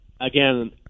again